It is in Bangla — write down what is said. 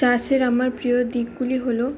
চাষের আমার প্রিয় দিকগুলি হলো